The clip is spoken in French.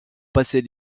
passer